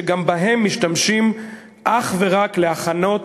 שגם בהם משתמשים אך ורק להכנת